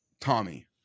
Tommy